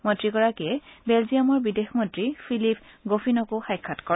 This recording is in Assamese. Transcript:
মন্ত্ৰীগৰাকীয়ে বেলজিয়ামৰ বিদেশ মন্ত্ৰী ফিলিপ গ'ফিনকো সাক্ষাৎ কৰে